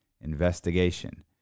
investigation